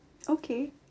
okay